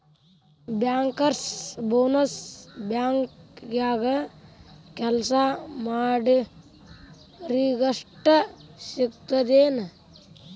Bankers bonus ಬ್ಯಾಂಕ್ನ್ಯಾಗ್ ಕೆಲ್ಸಾ ಮಾಡೊರಿಗಷ್ಟ ಸಿಗ್ತದೇನ್?